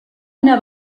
una